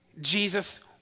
Jesus